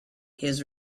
his